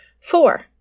Four